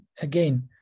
again